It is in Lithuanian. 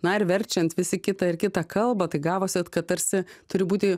na ir verčiant visi kitą ir kitą kalbą tai gavosi ot kad tarsi turi būti